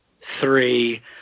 three